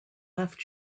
left